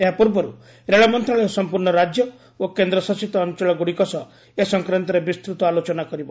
ଏହା ପୂର୍ବରୁ ରେଳ ମନ୍ତ୍ରଣାଳୟ ସମ୍ପୂର୍ଣ୍ଣ ରାଜ୍ୟ ଓ କେନ୍ଦ୍ର ଶାସିତ ଅଞ୍ଚଳଗୁଡ଼ିକ ସହ ଏ ସଂକ୍ରାନ୍ତରେ ବିସ୍ଚୃତ ଆଲୋଚନା କରିବ